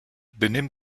benimm